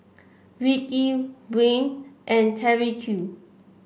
Ricki Wayne and Tyrique